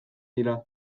dira